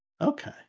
Okay